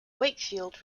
wakefield